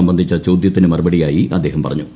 സംബന്ധിച്ച ചോദ്യത്തിന് മറുപടിയായി അദ്ദേഹം പറഞ്ഞു